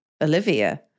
Olivia